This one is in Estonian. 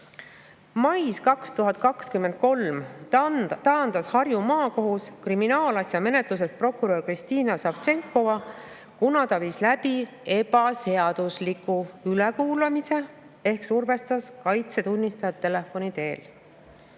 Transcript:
Mais 2023 taandas Harju Maakohus kriminaalasja menetlusest prokurör Kristiina Savtšenkova, kuna ta viis läbi ebaseadusliku ülekuulamise ehk survestas kaitse tunnistajat telefoni teel.